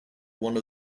one